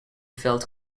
felt